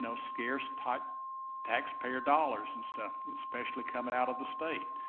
so scarce type taxpayer dollars and stuff especially coming out of the state.